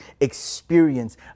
experience